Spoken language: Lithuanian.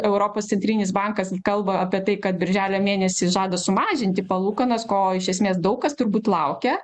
europos centrinis bankas kalba apie tai kad birželio mėnesį žada sumažinti palūkanas ko iš esmės daug kas turbūt laukia